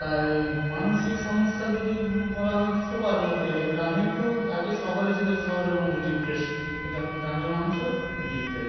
তাই মানসিক সমস্যা যদি বলা হয় সবার মধ্যেই আছে গ্রামে তো আগে শহরে ছিলো যে শহরের মানুষ ডিপ্রেশড কিন্তু এখন গ্রামের মানুষও ডিপ্রেশড